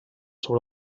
sobre